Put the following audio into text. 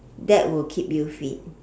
that will keep you fit